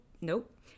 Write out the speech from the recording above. nope